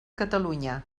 catalunya